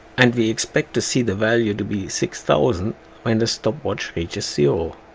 and we expect to see the value to be six thousand when the stop watch reaches zero